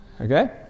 Okay